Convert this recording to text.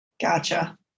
Gotcha